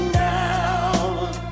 now